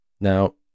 Now